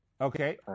Okay